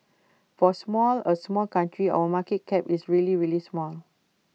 for small A small country our market cap is really really small